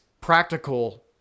practical